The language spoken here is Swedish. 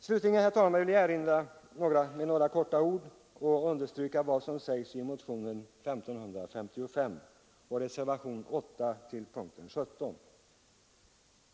Slutligen, herr talman, vill jag med några få ord erinra om och understryka vad som sägs i motionen 1555 och i reservationen vid punkten 17.